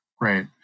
Right